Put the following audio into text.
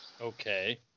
Okay